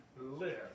live